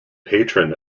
patron